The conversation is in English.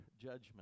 judgment